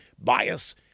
bias